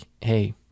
Hey